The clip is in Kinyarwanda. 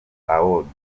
awards